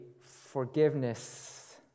forgiveness